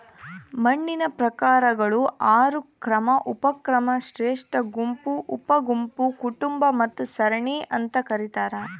ಮಣ್ಣಿನ ಪ್ರಕಾರಗಳು ಆರು ಕ್ರಮ ಉಪಕ್ರಮ ಶ್ರೇಷ್ಠಗುಂಪು ಉಪಗುಂಪು ಕುಟುಂಬ ಮತ್ತು ಸರಣಿ ಅಂತ ಕರೀತಾರ